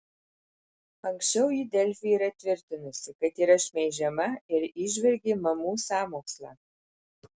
anksčiau ji delfi yra tvirtinusi kad yra šmeižiama ir įžvelgė mamų sąmokslą